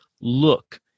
look